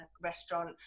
restaurant